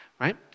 right